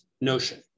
notion